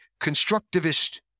constructivist